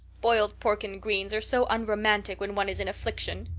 boiled pork and greens are so unromantic when one is in affliction.